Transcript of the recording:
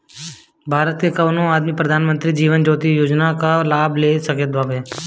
भारत के कवनो आदमी प्रधानमंत्री जीवन ज्योति बीमा योजना कअ लाभ ले सकत हवे